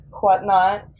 whatnot